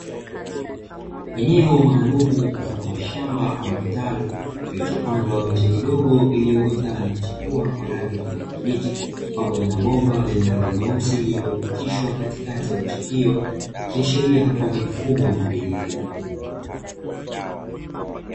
Eneo maalumu mfano wa shamba ama kitalu kilichopandwa miti midogo iliyoota na kuchipua kwa rangi ya kijani kibichi pamoja na bomba lenye rangi nyeusi lililopitishwa katikati ya miche hiyo ikiashiria kuwa ni mfumo wa umwagiliaji